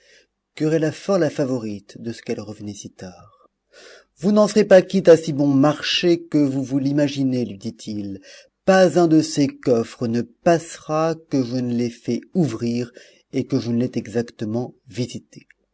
querella fort la favorite de ce qu'elle revenait si tard vous n'en serez pas quitte à si bon marché que vous vous l'imaginez lui dit-il pas un de ces coffres ne passera que je ne l'aie fait ouvrir et que je ne l'aie exactement visité